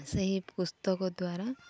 ସେହି ପୁସ୍ତକ ଦ୍ୱାରା